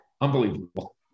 unbelievable